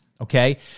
okay